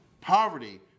poverty